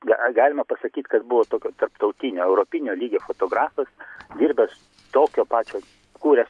galima pasakyti kad buvo tokio tarptautinio europinio lygio fotografas dirbęs tokio pačio kūręs